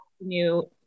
new